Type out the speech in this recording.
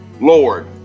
Lord